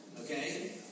okay